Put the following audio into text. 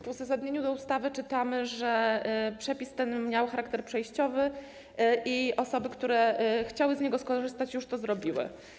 W uzasadnieniu ustawy czytamy, że przepis ten miał charakter przejściowy i osoby, które chciały z niego skorzystać, już to zrobiły.